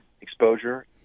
exposure